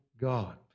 god